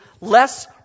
less